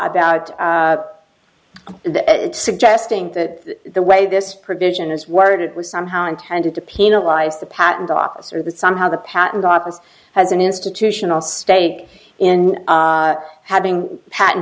about that suggesting that the way this provision is worded was somehow intended to penalize the patent office or that somehow the patent office has an institutional stake in having pat